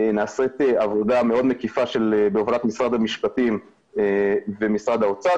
נעשית עבודה מאוד מקיפה בהובלת משרד המשפטים ומשרד האוצר,